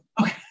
Okay